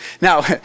Now